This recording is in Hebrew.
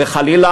וחלילה,